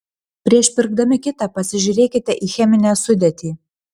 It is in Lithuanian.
prieš pirkdami kitą pasižiūrėkite į cheminę sudėtį